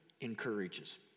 encourages